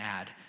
add